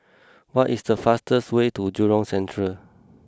what is the fastest way to Jurong Central